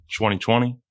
2020